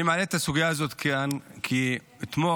אני מעלה את הסוגיה הזאת כאן כי אתמול